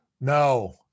No